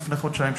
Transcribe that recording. לפני חודשיים,